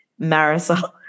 Marisol